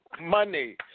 money